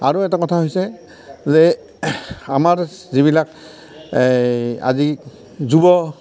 আৰু এটা কথা হৈছে যে আমাৰ যিবিলাক আজি যুৱ